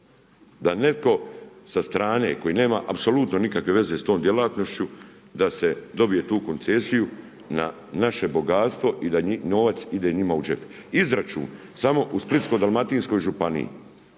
Da netko sa strane koji nema apsolutno nikakve veze sa tom djelatnošću da se dobije tu koncesiju, na naše bogatstvo i da novac ide njima u džep. Izračun samo u Splitsko-dalmatinskoj županiji